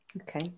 Okay